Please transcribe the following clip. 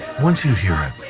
once you hear it,